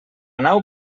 nau